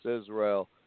Israel